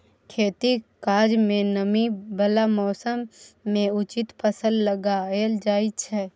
खेतीक काज मे नमी बला मौसम मे उचित फसल लगाएल जाइ छै